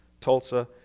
Tulsa